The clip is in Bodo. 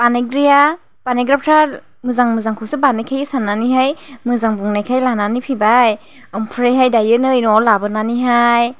बानायग्राया बानायग्राफ्रा मोजां मोजांखौसो बानायखायो साननानैहाय मोजां बुंनायखाय लानानै फैबाय ओमफ्रायहाय दायो नै न'आव लाबोनानैहाय